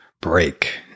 break